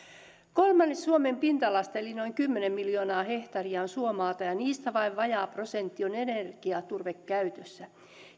kolmannes suomen pinta alasta eli noin kymmenen miljoonaa hehtaaria on suomaata ja siitä vain vajaa prosentti on energiaturvekäytössä